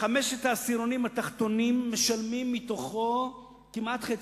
חמשת העשירונים התחתונים משלמים כמעט חצי.